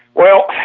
well,